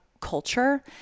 culture